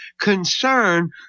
concern